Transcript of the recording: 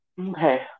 Okay